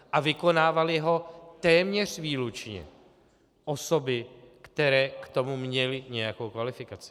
A vykonávaly ho téměř výlučně osoby, které k tomu měly nějakou kvalifikaci.